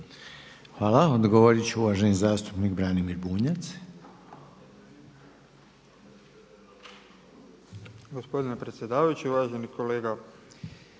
Hvala. Odgovorit će uvaženi zastupnik Branimir Bunjac.